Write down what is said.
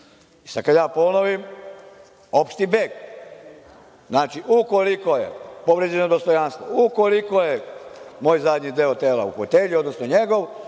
kada je ponovim, opšti beg. Znači, ukoliko je povređeno dostojanstvo, ukoliko je moj zadnji deo tela u fotelji, odnosno njegov,